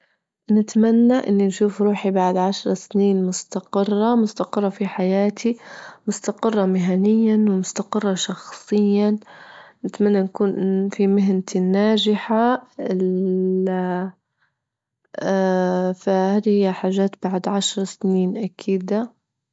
نتمنى إني نشوف روحي بعد عشرة سنين مستقرة، مستقرة في حياتي، مستقرة مهنيا، ومستقرة شخصيا، نتمنى نكون في مهنتي ناجحة فهادي هي حاجات بعد عشر سنين أكيدة.